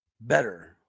better